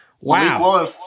Wow